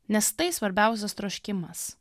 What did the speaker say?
nes tai svarbiausias troškimas